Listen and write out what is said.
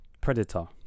Predator